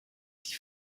die